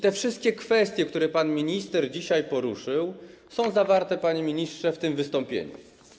Te wszystkie kwestie, które pan minister dzisiaj poruszył, są zawarte, panie ministrze, w tym wystąpieniu.